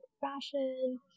fashion